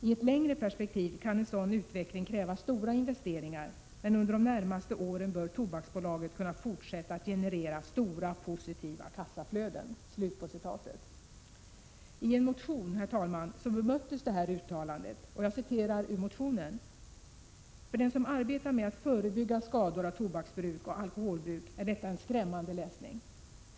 I ett längre perspektiv kan en sådan utveckling kräva stora investeringar, men under de närmaste åren bör Tobaksbolaget kunna fortsätta att generera stora positiva kassaflöden.” I en motion bemöttes det här uttalandet. Jag citerar ur motionen: ”För den som arbetar med att förebygga skador av tobaksbruk och alkoholbruk är detta en skrämmande läsning.